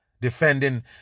defending